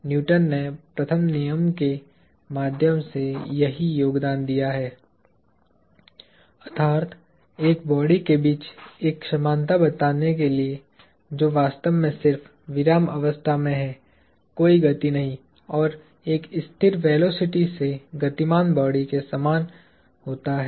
Newton ने प्रथम नियम के माध्यम से यही योगदान दिया अर्थात एक बॉडी के बीच एक समानता बताने के लिए जो वास्तव में सिर्फ विरामावस्था में है कोई गति नहीं और एक स्थिर वेलोसिटी से गतिमान बॉडी के समान होता है